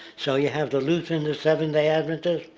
so you have the lutheran, the seventh-day adventist,